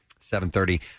7.30